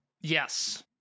Yes